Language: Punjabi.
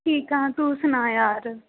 ਠੀਕ ਹਾਂ ਤੂੰ ਸੁਣਾ ਯਾਰ